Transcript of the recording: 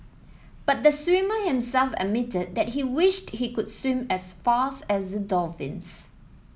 but the swimmer himself admitted that he wished he could swim as fast as the dolphins